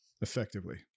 effectively